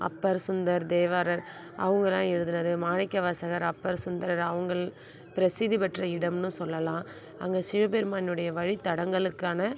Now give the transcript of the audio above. அப்பர் சுந்தர் தேவாரர் அவங்களாம் எழுதுனது மாணிக்கவாசகர் அப்பர் சுந்தரர் அவங்கள் பிரசித்தி பெற்ற இடம்னு சொல்லலாம் அங்கே சிவபெருமானுடைய வழித்தடங்களுக்கான